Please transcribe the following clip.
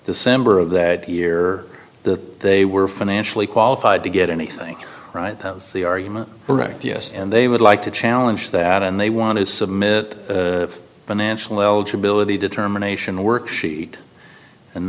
december of that year that they were financially qualified to get anything right that's the argument right yes and they would like to challenge that and they want to submit financial eligibility determination work